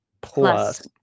plus